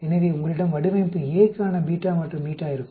எனவே உங்களிடம் வடிவமைப்பு A க்கான β மற்றும் η இருக்கும்